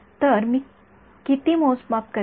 तर मी किती मोजमाप करेल